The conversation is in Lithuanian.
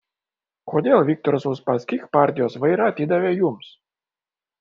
kodėl viktoras uspaskich partijos vairą atidavė jums